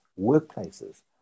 workplaces